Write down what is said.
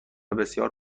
بسیار